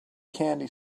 candy